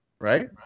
right